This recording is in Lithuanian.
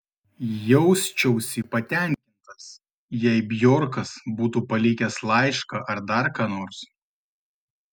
jausčiausi patenkintas jei bjorkas būtų palikęs laišką ar dar ką nors